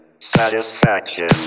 Satisfaction